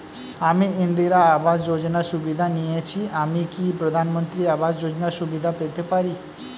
আমি ইন্দিরা আবাস যোজনার সুবিধা নেয়েছি আমি কি প্রধানমন্ত্রী আবাস যোজনা সুবিধা পেতে পারি?